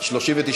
הוועדה, נתקבל.